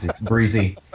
breezy